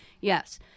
yes